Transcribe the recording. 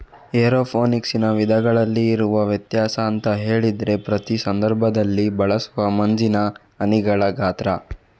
ಏರೋಫೋನಿಕ್ಸಿನ ವಿಧಗಳಲ್ಲಿ ಇರುವ ವ್ಯತ್ಯಾಸ ಅಂತ ಹೇಳಿದ್ರೆ ಪ್ರತಿ ಸಂದರ್ಭದಲ್ಲಿ ಬಳಸುವ ಮಂಜಿನ ಹನಿಗಳ ಗಾತ್ರ